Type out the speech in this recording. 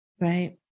right